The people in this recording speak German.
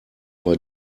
war